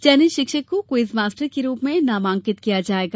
चयनित शिक्षक को क्विज मास्टर के रूप में नामांकित किया जायेगा